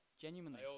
genuinely